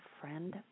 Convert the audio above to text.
friend